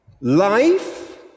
Life